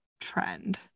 trend